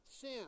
sin